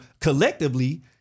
collectively